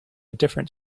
different